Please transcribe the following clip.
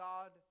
God